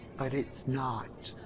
but it's not.